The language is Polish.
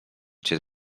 cię